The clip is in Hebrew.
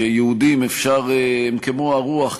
שיהודים הם כמו הרוח,